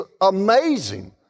amazing